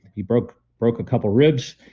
he broke broke a couple ribs.